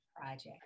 project